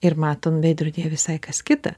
ir matom veidrodyje visai kas kita